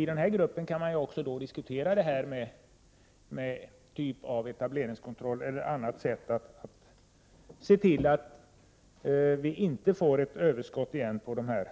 I denna grupp kan man också diskutera etableringskontroll eller andra åtgärder för att förhindra att det åter blir ett överskott av dessa